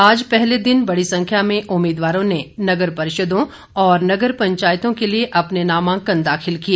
आज पहले दिन बड़ी संख्या में उम्मीदवारों ने नगर परिषदों और नगर पंचायतों के लिए अपने नामांकन दाखिल किए